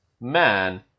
Man